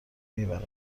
میبرد